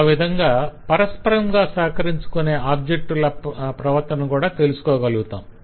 ఆ విధంగా పరస్పరంగా సహకరించుకునే ఆబ్జెక్ట్ ల ప్రవర్తన కూడా తెలుసుకోగలుగుతాం